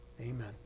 amen